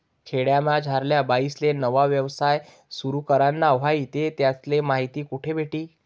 खेडामझारल्या बाईसले नवा यवसाय सुरु कराना व्हयी ते त्यासले माहिती कोठे भेटी?